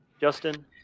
Justin